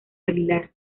aguilar